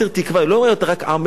היא לא אומרת רק "עמך עמי,